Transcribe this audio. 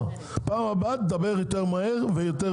בפעם הבאה תדבר יותר מהר ויותר